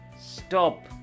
stop